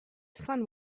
sun